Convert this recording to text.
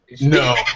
No